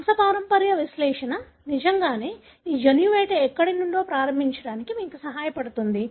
వంశపారంపర్య విశ్లేషణ నిజంగా ఈ జన్యు వేట ఎక్కడ ఉందో ప్రారంభించడానికి మీకు సహాయపడుతుంది